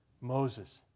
Moses